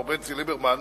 מר בנצי ליברמן,